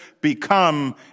become